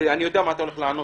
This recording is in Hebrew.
ואני יודע מה אתה עומד לומר